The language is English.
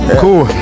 cool